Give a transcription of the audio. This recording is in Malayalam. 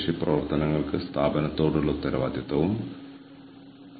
ഗെർപോട്ടിന്റെ ഒരു പേപ്പറും ക്രമർ എഴുതിയ മറ്റൊരു പേപ്പറും ഞാൻ പരാമർശിച്ചിട്ടുണ്ട്